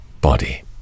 body